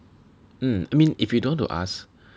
mm I mean if you don't want to ask